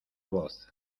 voz